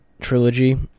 trilogy